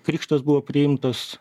krikštas buvo priimtas